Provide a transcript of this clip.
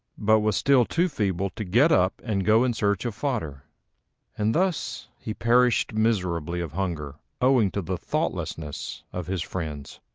but was still too feeble to get up and go in search of fodder and thus he perished miserably of hunger owing to the thoughtlessness of his friends.